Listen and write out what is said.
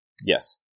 Yes